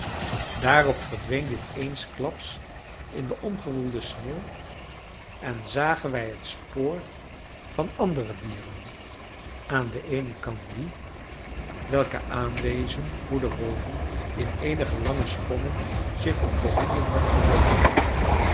daarop verdween dit eensklaps in de omgewoelde sneeuw en zagen wij het spoor van andere dieren aan den eenen kant die welke aanwezen hoe de wolven in eenige lange sprongen zich op de honden hadden geworpen